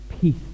peace